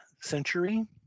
century